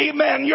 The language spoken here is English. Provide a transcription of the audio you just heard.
Amen